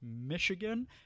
Michigan